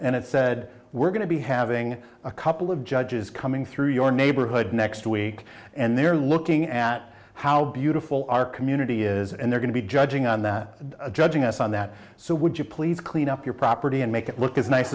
and it said we're going to be having a couple of judges coming through your neighborhood next week and they're looking at how beautiful our community is and they're going to be judging on the judging us on that so would you please clean up your property and make it look as nice